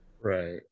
Right